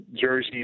Jersey